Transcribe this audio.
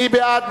מי בעד?